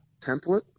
template